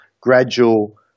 gradual